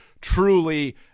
truly